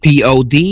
POD